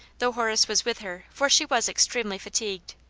though horace was with her, for she was extremely fatigued.